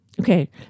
Okay